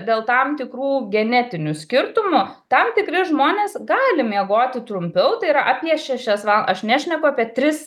dėl tam tikrų genetinių skirtumų tam tikri žmonės gali miegoti trumpiau tai yra apie šešias val aš nešneku apie tris